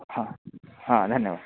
हा हा धन्यवादः